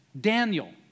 Daniel